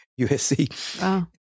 USC